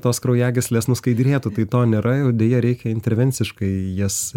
tos kraujagyslės nuskaidrėtų tai to nėra ir deja reikia intervenciškai į jas